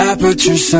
Aperture